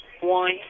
One